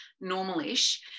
normal-ish